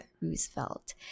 roosevelt